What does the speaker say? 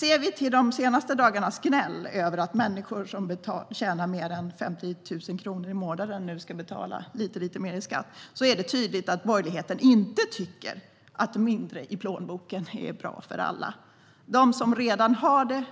Ser vi till de senaste dagarnas gnäll över att människor som tjänar mer än 50 000 kronor i månaden nu ska betala lite mer i skatt är det tydligt att borgerligheten inte tycker att mindre i plånboken är bra för alla. De som redan har